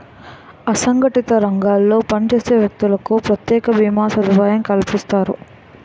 అసంగటిత రంగాల్లో పనిచేసే వ్యక్తులకు ప్రత్యేక భీమా సదుపాయం కల్పిస్తుంటారు